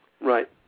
Right